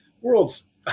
world's